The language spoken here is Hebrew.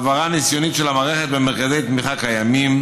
העברה ניסיונית של המערכת במרכזי תמיכה קיימים